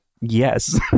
yes